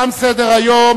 תם סדר-היום.